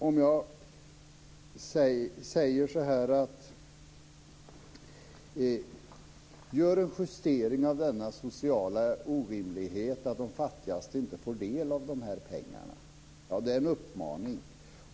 Jag kan säga så här: Gör en justering av denna sociala orimlighet, att de fattigaste inte får del av de här pengarna! Det är en uppmaning.